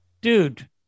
dude